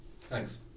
Thanks